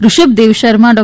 Rishabhdev Sharma Dr